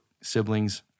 siblings